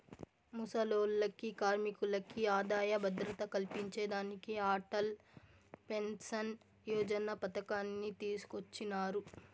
ముసలోల్లకి, కార్మికులకి ఆదాయ భద్రత కల్పించేదానికి అటల్ పెన్సన్ యోజన పతకాన్ని తీసుకొచ్చినారు